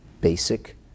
basic